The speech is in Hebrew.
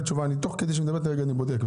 תוך כדי שאני מדבר אתכם, אני בודק.